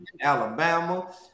Alabama